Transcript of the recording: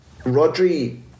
Rodri